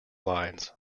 lines